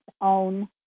own